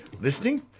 listening